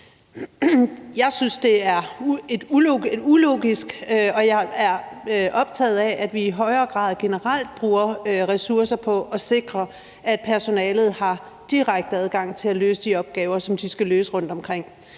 Jeg synes, det er ulogisk, og jeg er optaget af, at vi generelt i højere grad bruger ressourcer på at sikre, at personalet har direkte adgang til at løse de opgaver, som de skal løse rundtomkring,